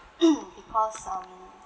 because um